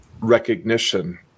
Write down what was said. recognition